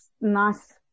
nice